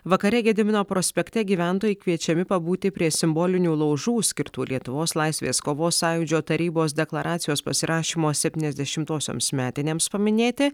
vakare gedimino prospekte gyventojai kviečiami pabūti prie simbolinių laužų skirtų lietuvos laisvės kovos sąjūdžio tarybos deklaracijos pasirašymo septyniasdešimtosioms metinėms paminėti